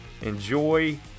Enjoy